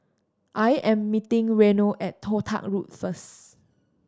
I am meeting Reno at Toh Tuck Road first